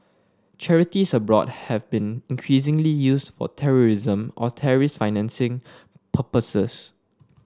charities abroad have been increasingly used for terrorism or terrorist financing purposes